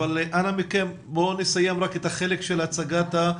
אבל לפני כן אני מבקש שנסיים את הצגת הדוח.